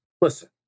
Listen